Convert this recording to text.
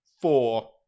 four